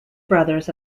brothers